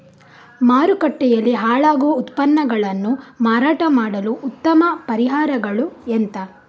ಮಾರುಕಟ್ಟೆಯಲ್ಲಿ ಹಾಳಾಗುವ ಉತ್ಪನ್ನಗಳನ್ನು ಮಾರಾಟ ಮಾಡಲು ಉತ್ತಮ ಪರಿಹಾರಗಳು ಎಂತ?